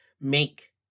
make